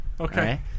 Okay